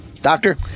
Doctor